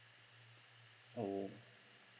oh